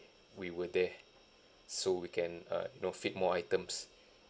we were there so we can uh you know fit more items